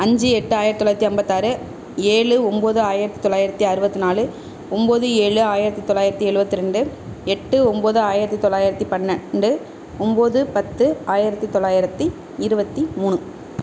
அஞ்சு எட்டு ஆயிரத்து தொள்ளாயிரத்தி ஐம்பத்தாறு ஏழு ஒம்பது ஆயிரத்து தொள்ளாயிரத்தி அறுபத்தி நாலு ஒம்பது ஏழு ஆயிரத்து தொள்ளாயிரத்தி எழுபத்தி ரெண்டு எட்டு ஒம்பது ஆயிரத்து தொள்ளாயிரத்தி பன்னெண்டு ஒம்பது பத்து ஆயிரத்து தொள்ளாயிரத்தி இருபத்தி மூணு